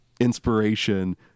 inspiration